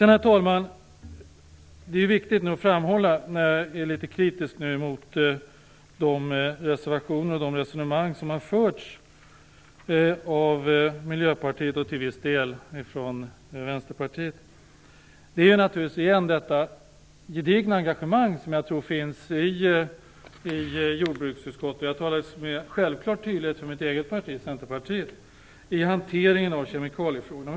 När jag nu är litet kritisk mot de resonemang som har förts av Miljöpartiet och till viss del Vänsterpartiet är det viktigt att framhålla det gedigna engagemang som jag tror finns i jordbruksutskottet när det gäller hanteringen av kemikaliefrågorna - jag talar då självklart för mitt eget parti, Centerpartiet.